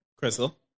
Crystal